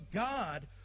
God